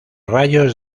rayos